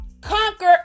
conquer